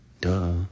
duh